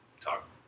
talk